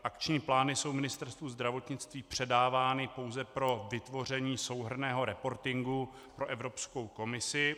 Akční plány jsou Ministerstvu zdravotnictví předávány pouze pro vytvoření souhrnného reportingu pro Evropskou komisi.